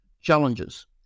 challenges